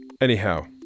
Anyhow